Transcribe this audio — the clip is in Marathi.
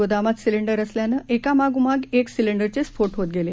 गोदामातसिलेंडरअसल्यानंएकामागोमागएकसिलेंडरचेस्फोटहोतगेले